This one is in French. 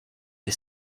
est